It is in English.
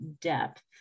depth